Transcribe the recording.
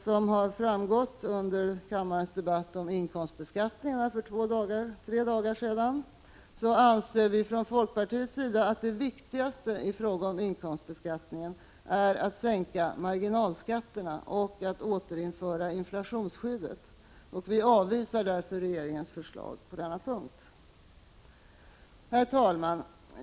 Som framgått av kammarens debatt för några dagar sedan om inkomstbeskattningen anser vi i folkpartiet att det viktigaste i fråga om inkomstbeskattningen är att sänka marginalskatterna och att återinföra inflationsskyddet, och vi avvisar därför regeringens förslag på denna punkt. Herr talman!